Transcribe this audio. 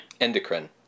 Endocrine